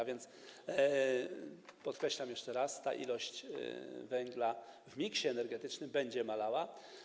A więc podkreślam jeszcze raz: ilość węgla w miksie energetycznym będzie malała.